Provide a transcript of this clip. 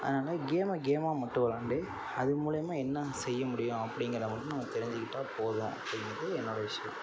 அதனால் கேமை கேமாக மட்டும் விளாண்டு அது மூலியமாக என்ன செய்ய முடியும் அப்படிங்கிறத மட்டும் நம்ம தெரிஞ்சிக்கிட்டால் போதும் அப்படின்றது என்னோட விஷயம்